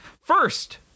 First